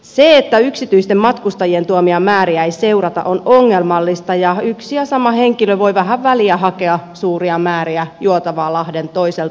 se että yksityisten matkustajien tuomia määriä ei seurata on ongelmallista ja yksi ja sama henkilö voi vähän väliä hakea suuria määriä juotavaa lahden toiselta puolelta